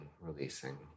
releasing